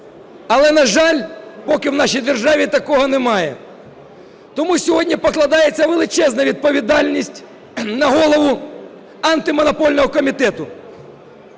Але, на жаль, поки в нашій державі такого немає. Тому сьогодні покладається величезна відповідальність на Голову антимонопольного комітету.